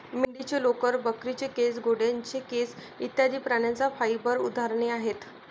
मेंढीचे लोकर, बकरीचे केस, घोड्याचे केस इत्यादि प्राण्यांच्या फाइबर उदाहरणे आहेत